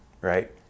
right